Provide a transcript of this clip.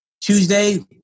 Tuesday